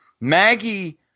maggie